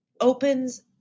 opens